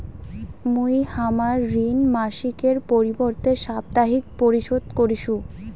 মুই হামার ঋণ মাসিকের পরিবর্তে সাপ্তাহিক পরিশোধ করিসু